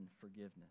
forgiveness